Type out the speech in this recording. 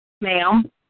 Ma'am